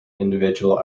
individual